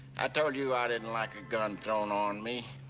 told you i didn't like a gun thrown on me.